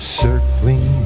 circling